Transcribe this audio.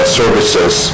services